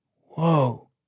Whoa